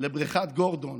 לבריכת גורדון,